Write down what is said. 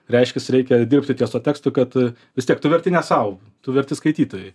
reiškiasi reikia dirbti ties tuo tekstu kad vis tiek tu verti ne sau tu verti skaitytojui